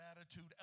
attitude